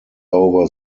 over